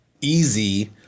easy